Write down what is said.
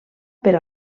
per